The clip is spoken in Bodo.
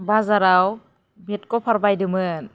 बाजाराव बेद कभार बायदोंमोन